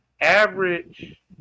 average